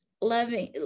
loving